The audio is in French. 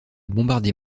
bombarder